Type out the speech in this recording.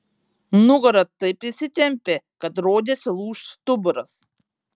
nugara taip įsitempė kad rodėsi lūš stuburas